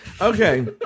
okay